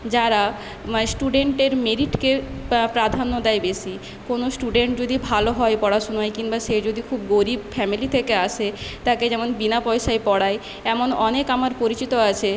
যারা মানে স্টুডেন্টের মেরিটকে প্রা প্রাধান্য দেয় বেশী কোন স্টুডেন্ট যদি ভালো হয় পড়াশোনায় কিংবা সে যদি খুব গরিব ফ্যামিলি থেকে আসে তাকে যেমন বিনা পয়সায় পড়ায় এমন অনেক আমার পরিচিত আছে